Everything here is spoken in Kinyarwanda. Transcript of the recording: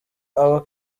aba